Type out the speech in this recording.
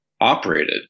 operated